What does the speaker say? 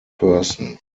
person